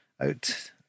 out